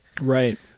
Right